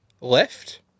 left